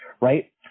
right